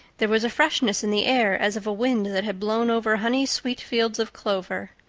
there was a freshness in the air as of a wind that had blown over honey-sweet fields of clover.